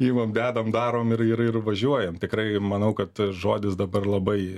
imam dedam darom ir ir ir važiuojam tikrai manau kad žodis dabar labai